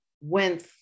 went